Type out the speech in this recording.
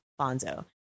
Bonzo